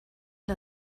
der